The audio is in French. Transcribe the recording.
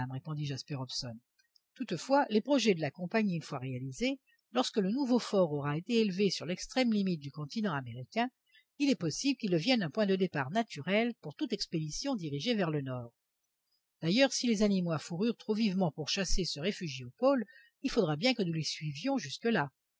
répondit jasper hobson toutefois les projets de la compagnie une fois réalisés lorsque le nouveau fort aura été élevé sur l'extrême limite du continent américain il est possible qu'il devienne un point de départ naturel pour toute expédition dirigée vers le nord d'ailleurs si les animaux à fourrures trop vivement pourchassés se réfugient au pôle il faudra bien que nous les suivions jusque